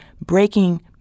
breaking